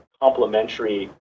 complementary